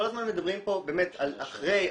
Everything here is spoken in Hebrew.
כל הזמן מדברים פה על אחרי,